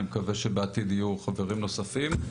אני מקווה שבעתיד יהיו חברים נוספים.